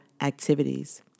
activities